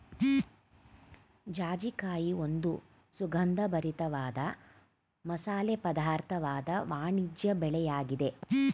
ಜಾಜಿಕಾಯಿ ಒಂದು ಸುಗಂಧಭರಿತ ವಾದ ಮಸಾಲೆ ಪದಾರ್ಥವಾದ ವಾಣಿಜ್ಯ ಬೆಳೆಯಾಗಿದೆ